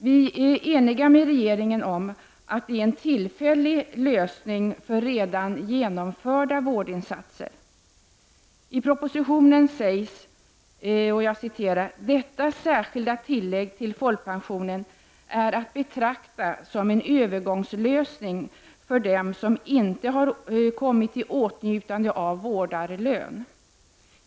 Vi är eniga med regeringen om att det är en tillfällig lösning för redan genomförda vårdinsatser. I propositionen sägs att ”detta särskilda tillägg till folkpensionen är att betrakta som en övergångslösning för dem som inte har kommit i åtnjutande av vårdarlön.